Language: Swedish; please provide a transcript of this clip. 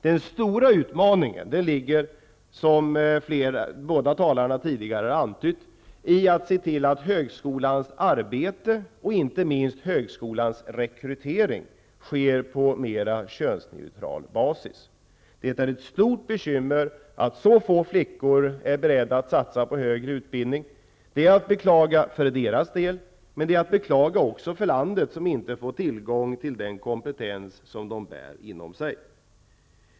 Den stora utmaningen ligger, som båda de tidigare talarna har antytt, i att se till att högskolans arbete, och inte minst högskolans rekrytering, sker på mera könsneutral basis. Det är ett stort bekymmer att så få flickor är beredda att satsa på högre utbildning. Det är att beklaga för deras del, men det är också att beklaga för landet som inte får tillgång till den kompetens som de bär inom sig.